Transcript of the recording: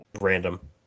random